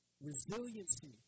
Resiliency